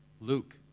Luke